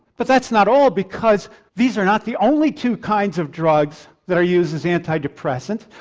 but that's not all, because these are not the only two kinds of drugs that are used as antidepressants,